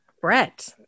Brett